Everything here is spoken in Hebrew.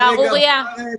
וזו שערורייה.